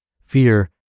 Fear